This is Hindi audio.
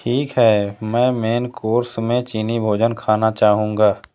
ठीक है मैं मेन कोर्स में चीनी भोजन खाना चाहूँगा